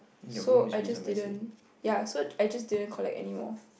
so I just didn't ya so I just didn't collect anymore